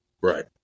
Right